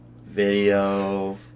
Video